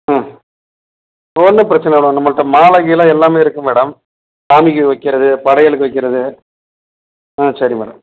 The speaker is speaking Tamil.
ஆ ஒன்றும் பிரச்சனை இல்லை நம்மள்ட்ட மாலை கீல எல்லாமே இருக்கு மேடம் சாமிக்கு வைக்கிறது படையலுக்கு வைக்கிறது ஆ சரி மேடம்